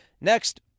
Next